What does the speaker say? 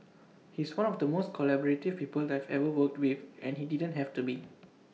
he's one of the most collaborative people I've ever worked with and he didn't have to be